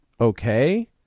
okay